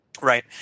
Right